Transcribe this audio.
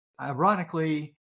ironically